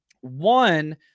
One